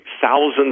thousands